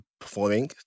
performing